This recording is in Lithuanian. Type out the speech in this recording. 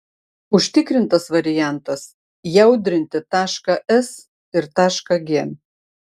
užtikrintas variantas jaudrinti tašką s ir tašką g